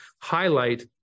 highlight